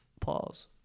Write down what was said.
Pause